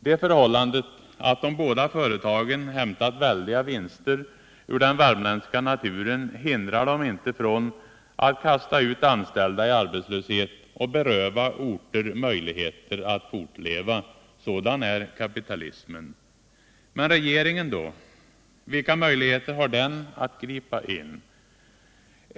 Det förhållandet att de båda företagen hämtat väldiga vinster ur den värmländska naturen hindrar dem inte från att kasta ut anställda i arbetslöshet och beröva orter möjligheter att fortleva. Sådan är kapitalismen! Men regeringen då, vilka möjligheter har den att gripa in?